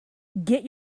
get